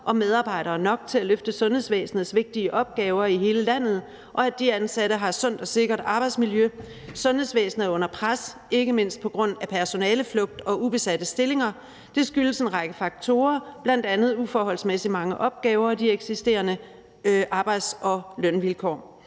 og medarbejdere nok til at løfte sundhedsvæsenets vigtige opgaver i hele landet, og at de ansatte har et sundt og sikkert arbejdsmiljø. Sundhedsvæsenet er under pres. Ikke mindst på grund af personaleflugt og ubesatte stillinger. Det skyldes en række faktorer, bl.a. uforholdsmæssigt mange opgaver og de eksisterende arbejds- og lønvilkår.